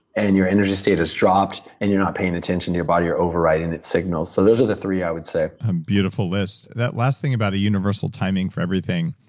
and your energy state has dropped, and you're not paying attention to your body. you're overriding its signals. so those are the three, i would say beautiful list. that last thing about a universal timing for everything,